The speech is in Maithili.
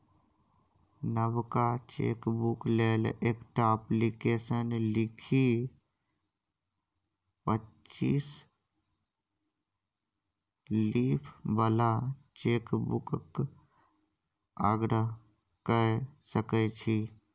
नबका चेकबुक लेल एकटा अप्लीकेशन लिखि पच्चीस लीफ बला चेकबुकक आग्रह कए सकै छी